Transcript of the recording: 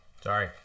sorry